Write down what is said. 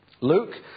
Luke